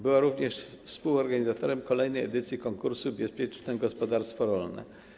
Była również współorganizatorem kolejnej edycji konkursu „Bezpieczne gospodarstwo rolne”